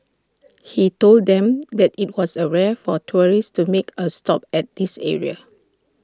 he told them that IT was A rare for tourists to make A stop at this area